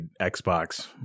Xbox